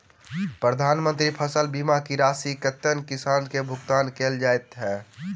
प्रधानमंत्री फसल बीमा की राशि केतना किसान केँ भुगतान केल जाइत है?